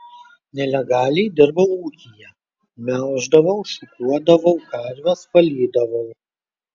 nelegaliai dirbau ūkyje melždavau šukuodavau karves valydavau